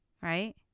Right